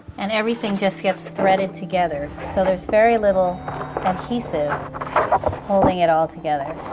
and everything just gets threaded together, so there's very little adhesive holding it all together.